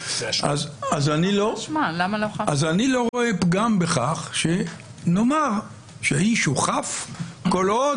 אז אני לא רואה פגם בכך שנאמר שהאיש הוא חף כל עוד,